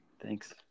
Thanks